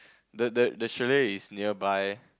the the the chalet is nearby